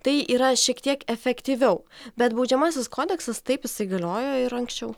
tai yra šiek tiek efektyviau bet baudžiamasis kodeksas taip jisai galiojo ir anksčiau